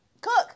Cook